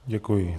Děkuji.